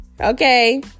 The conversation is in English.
Okay